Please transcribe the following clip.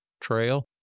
Trail